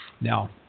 Now